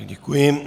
Děkuji.